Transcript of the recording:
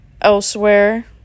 elsewhere